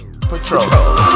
patrol